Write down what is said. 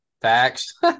Facts